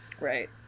right